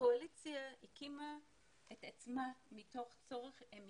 הקואליציה הקימה את עצמה מתוך צורך אמיתי.